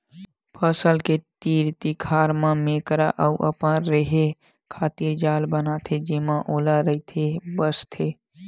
फसल के तीर तिखार म मेकरा ह अपन रेहे खातिर जाल बनाथे जेमा ओहा रहिथे बसथे